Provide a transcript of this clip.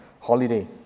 holiday